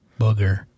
booger